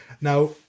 Now